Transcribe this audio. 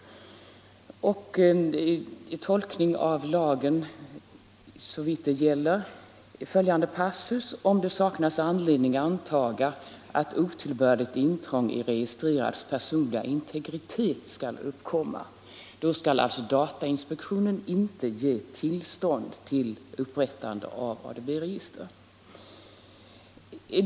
Tolkningen avser den passus där det heter att datainspektionen skall meddela tillstånd ”om det saknas anledning antaga att ——-=— otillbörligt intrång i registrerads personliga integritet skall uppkomma”. Kan sådant intrång uppkomma skall datainspektionen således inte ge tillstånd till upprättande av ADB-register.